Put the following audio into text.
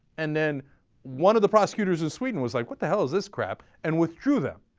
and then one of the prosecutors in sweden was like what the hell is this crap and withdrew them.